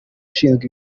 ushinzwe